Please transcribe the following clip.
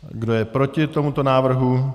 Kdo je proti tomuto návrhu?